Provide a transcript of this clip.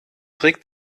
trick